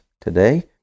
today